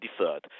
deferred